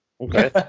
okay